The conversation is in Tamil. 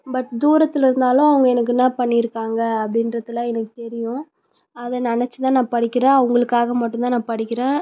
பட் தூரத்தில் இருந்தாலும் அவங்க எனக்கு என்ன பண்ணி இருக்காங்க அப்படின்றதுலாம் எனக்கு தெரியும் அதை நினைச்சி தான் நான் படிக்கிறேன் அவங்களுக்காக மட்டுந்தான் நான் படிக்கிறேன்